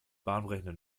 bahnbrechende